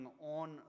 on